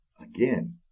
Again